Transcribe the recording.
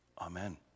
Amen